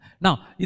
Now